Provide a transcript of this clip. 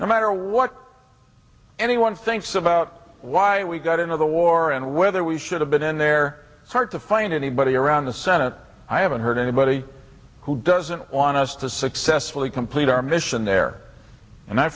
no matter what anyone thinks about why we got into the war and whether we should have been there it's hard to find anybody around the senate i haven't heard anybody who doesn't want us to successfully complete our mission there and i